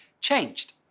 changed